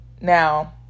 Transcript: now